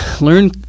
learn